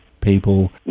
people